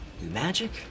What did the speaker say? magic